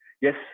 yes